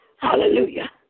Hallelujah